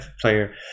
player